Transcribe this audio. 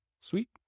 Sweet